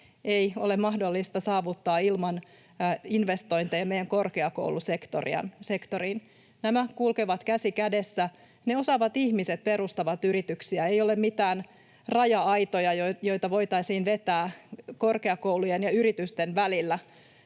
ei ole mahdollista saavuttaa ilman investointeja meidän korkeakoulusektoriin. Nämä kulkevat käsi kädessä: ne osaavat ihmiset perustavat yrityksiä. Ei ole mitään raja-aitoja, joita voitaisiin vetää korkeakoulujen ja yritysten välille.